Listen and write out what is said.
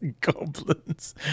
goblins